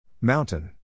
Mountain